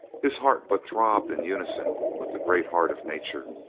his heart but throbbed in unison with the great heart of nature,